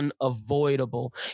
unavoidable